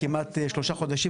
כמעט שלושה חודשים,